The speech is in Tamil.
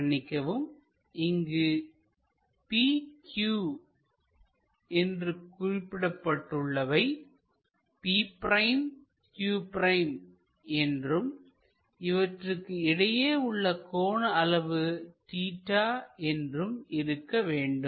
மன்னிக்கவும் இங்கு pq என்று குறிக்கப்பட்டுள்ளவை p'q' என்றும் இவற்றுக்கு இடையே உள்ள கோண அளவு தீட்டா என்றும் இருக்க வேண்டும்